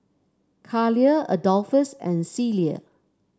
Caleigh Adolphus and Celie